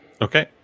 Okay